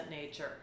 nature